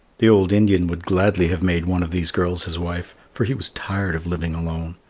the old indian would gladly have made one of these girls his wife for he was tired of living alone,